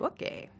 Okay